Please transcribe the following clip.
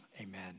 amen